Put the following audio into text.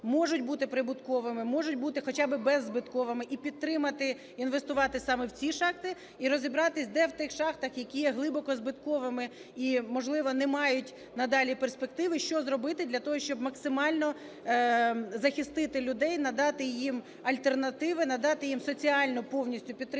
можуть бути прибутковими, можуть бути хоча би беззбитковими, і підтримати, інвестувати саме в ці шахти. І розібратись, де в тих шахтах, які є глибоко збитковими і, можливо, не мають надалі перспективи, що зробити для того, щоб максимально захистити людей, надати їм альтернативи, надати їм соціальну повністю підтримку